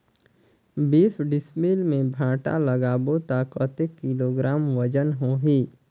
बीस डिसमिल मे भांटा लगाबो ता कतेक किलोग्राम वजन होही?